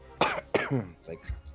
Thanks